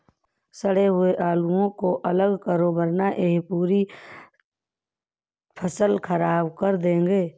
सड़े हुए आलुओं को अलग करो वरना यह पूरी फसल खराब कर देंगे